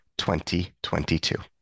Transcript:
2022